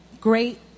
great